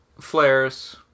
flares